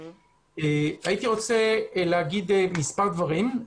הייתי רוצה להגיד מס' דברים,